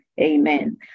Amen